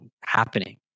happening